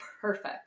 perfect